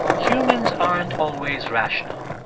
humans aren't always rational.